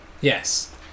Yes